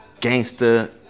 gangster